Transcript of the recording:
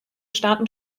staaten